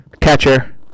Catcher